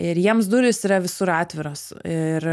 ir jiems durys yra visur atviros ir